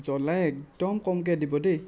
জ্বলা একদম কমকৈ দিব দেই